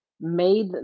made